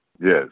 Yes